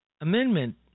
amendment